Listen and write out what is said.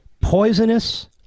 poisonous